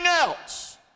else